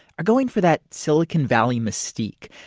are going for that silicon valley mystique.